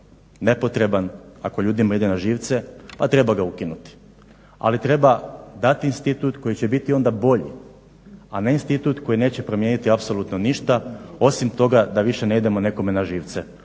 nepotreban, ako ljudima ide na žive pa treba ga ukinuti ali treba dati institut koji će biti onda bolji, a ne institut koji neće promijeniti apsolutno ništa, osim toga da više ne idemo nekome na živce.